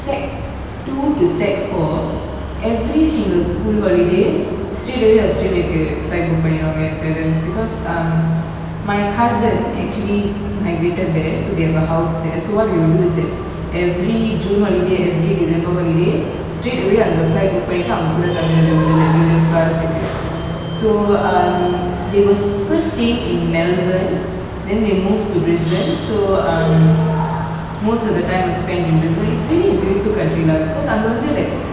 sec two to sec four every single school holiday yesterday ஆஸ்திரேலியாக்கு:australiyaku flight book பண்ணிடுவாங்க என்:panniduvanga en parents because um my cousin actually migrated there so they have a house there so what we will do is that every june holiday every december holiday straightaway அங்க:anga flight book பண்ணிட்டு அங்க கூட தங்குறது ரெண்டு மூணு வாரத்துக்கு:pannitu anga kooda thangurathu rendu moonu varathuku so um they was first staying in melbourne then they moved to brisbane so um most of the time was spent in brisbane it's really a beautiful country lah because like